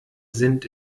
sind